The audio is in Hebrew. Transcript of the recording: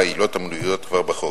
על העילות המנויות כבר בחוק.